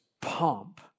pomp